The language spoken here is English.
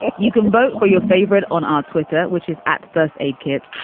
and you can vote for your favorite on ah twitter, which is at first aid kit.